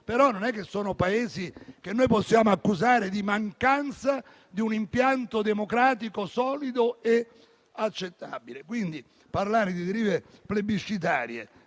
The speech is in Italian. non sono certo Paesi che possiamo accusare di mancanza di un impianto democratico solido e accettabile. Quindi, parlare di derive plebiscitarie,